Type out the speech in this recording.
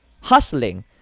hustling